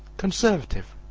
conservative,